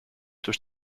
durch